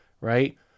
right